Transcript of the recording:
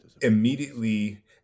immediately